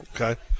Okay